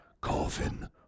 coffin